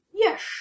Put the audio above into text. Yes